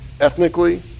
ethnically